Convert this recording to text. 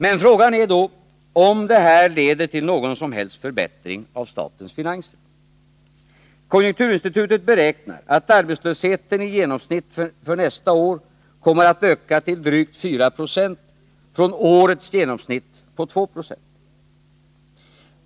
Men frågan är då om det här leder till någon scm helst förbättring av statens finanser. Konjunkturinstitutet beräknar att arbetslösheten i genomsnitt för nästa år kommer att öka till drygt 4 20 från årets genomsnitt på 2 20.